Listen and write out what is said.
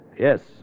Yes